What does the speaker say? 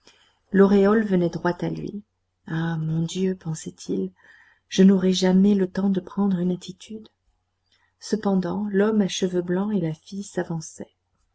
l'auréole venait droit à lui ah mon dieu pensait-il je n'aurai jamais le temps de prendre une attitude cependant l'homme à cheveux blancs et la jeune fille s'avançaient